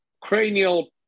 cranial